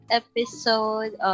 episode